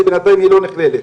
שבינתיים לא נכללת.